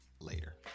later